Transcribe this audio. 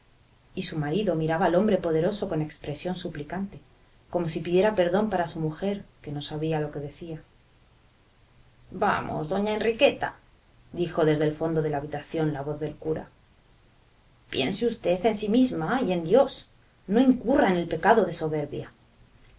y su marido miraba al hombre poderoso con expresión suplicante como si pidiera perdón para su mujer que no sabía lo que decía vamos doña enriqueta dijo desde el fondo de la habitación la voz del cura piense usted en sí misma y en dios no incurra en el pecado de soberbia